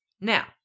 Now